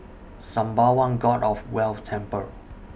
Sembawang God of Wealth Temple